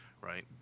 right